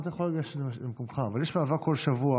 יש מאבק כל שבוע